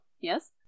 Yes